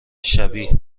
شبیه